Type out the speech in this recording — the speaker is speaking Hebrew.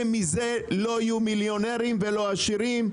הם, מזה, לא יהיו מליונרים ולא עשירים.